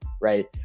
right